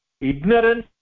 Ignorance